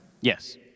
Yes